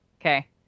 okay